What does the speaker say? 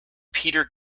peter